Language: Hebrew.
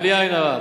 בלי עין הרע.